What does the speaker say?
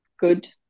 good